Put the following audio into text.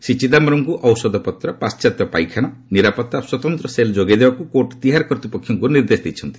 ଶ୍ରୀ ଚିଦାୟରମ୍ଙ୍କୁ ଔଷଧପତ୍ର ପାଣ୍ଟାତ୍ୟ ପାଇଖାନା ନିରାପତ୍ତା ଓ ସ୍ୱତନ୍ତ୍ର ସେଲ୍ ଯୋଗାଇ ଦେବାକୁ କୋର୍ଟ ତିହାର କର୍ତ୍ତୃପକ୍ଷଙ୍କୁ ନିର୍ଦ୍ଦେଶ ଦେଇଛନ୍ତି